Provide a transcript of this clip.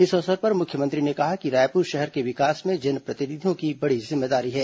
इस अवसर पर मुख्यमंत्री ने कहा कि रायपुर शहर के विकास में जनप्रतिनिधियों की बड़ी जिम्मेदारी है